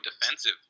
defensive